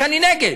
שאני נגד,